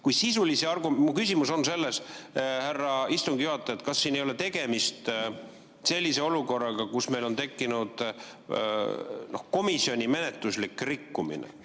arutada. Mu küsimus on selles, härra istungi juhataja, kas siin ei ole tegemist sellise olukorraga, kus meil on tekkinud komisjonis menetluslik rikkumine,